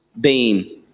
beam